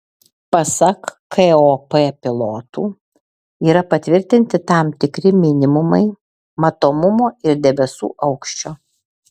pasak kop pilotų yra patvirtinti tam tikri minimumai matomumo ir debesų aukščio